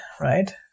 right